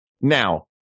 Now